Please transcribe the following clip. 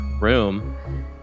room